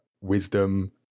wisdom